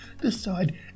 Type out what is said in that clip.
decide